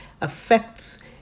affects